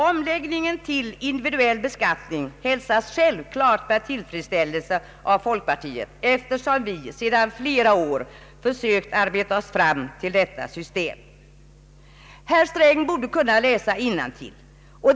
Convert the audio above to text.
Omläggningen till individuell beskattning hälsas självklart med tillfredsställelse av folkpartiet, eftersom vi sedan flera år försökt arbeta oss fram till detta system. Herr Sträng borde kunna läsa innantill.